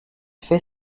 fait